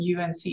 UNC